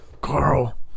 carl